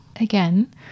Again